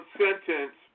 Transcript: sentence